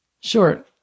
Sure